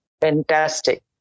Fantastic